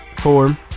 four